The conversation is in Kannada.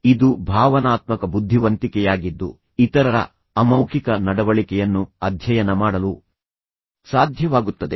ಇದು ಭಾವನಾತ್ಮಕ ಬುದ್ಧಿವಂತಿಕೆಯಾಗಿದ್ದು ಇತರರ ಅಮೌಖಿಕ ನಡವಳಿಕೆಯನ್ನು ಅಧ್ಯಯನ ಮಾಡಲು ಸಾಧ್ಯವಾಗುತ್ತದೆ